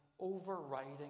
overriding